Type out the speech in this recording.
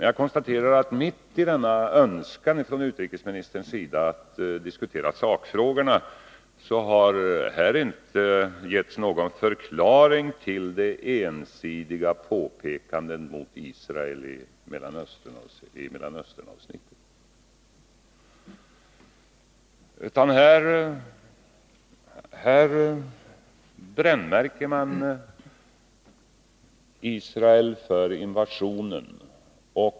Jag konstaterar emellertid att mitt i denna önskan från utrikesministerns sida att diskutera sakfrågorna, har det här inte getts någon förklaring till de ensidiga påpekandena mot Israel i Mellanösternavsnittet. Här brännmärker man Israel för invasionen.